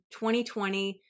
2020